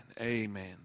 Amen